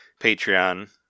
patreon